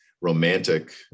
romantic